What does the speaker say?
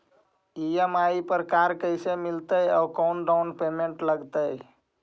EMI पर car कैसे मिलतै औ कोन डाउकमेंट लगतै?